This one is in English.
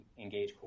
engage